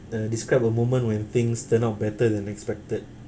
uh describe a moment when things turn out better than expected